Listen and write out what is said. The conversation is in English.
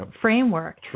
framework